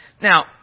Now